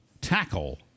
tackle